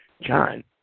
John